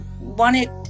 wanted